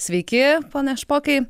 sveiki pone špokai